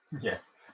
Yes